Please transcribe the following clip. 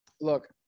look